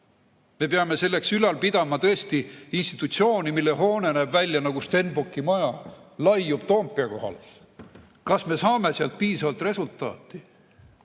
Me peame selleks ülal pidama tõesti institutsiooni, mille hoone näeb välja nagu Stenbocki maja, laiub Toompea kohal. Kas me saame sealt piisavalt resultaati?